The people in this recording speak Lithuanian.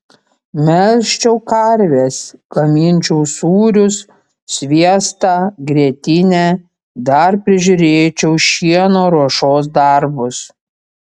melžčiau karves gaminčiau sūrius sviestą grietinę dar prižiūrėčiau šieno ruošos darbus